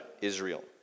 Israel